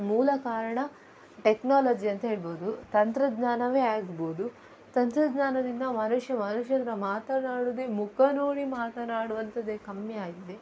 ಮೂಲ ಕಾರಣ ಟೆಕ್ನಾಲಜಿ ಅಂತ ಹೇಳ್ಬೋದು ತಂತ್ರಜ್ಞಾನವೇ ಆಗ್ಬೋದು ತಂತ್ರಜ್ಞಾನದಿಂದ ಮನುಷ್ಯ ಮನುಷ್ಯರ ಹತ್ರ ಮಾತನಾಡೋದೆ ಮುಖ ನೋಡಿ ಮಾತನಾಡುವಂಥದ್ದೇ ಕಮ್ಮಿಯಾಗಿದೆ